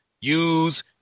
use